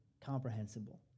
comprehensible